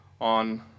on